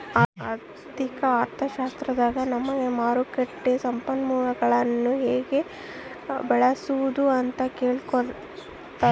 ಆರ್ಥಿಕ ಅರ್ಥಶಾಸ್ತ್ರದಾಗ ನಮಿಗೆ ಮಾರುಕಟ್ಟ ಸಂಪನ್ಮೂಲಗುಳ್ನ ಹೆಂಗೆ ಬಳ್ಸಾದು ಅಂತ ಹೇಳಿ ಕೊಟ್ತತೆ